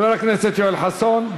חבר הכנסת יואל חסון,